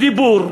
בדיבור,